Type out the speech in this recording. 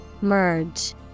Merge